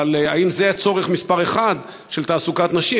אבל האם זה הצורך מספר אחת בתעסוקת נשים?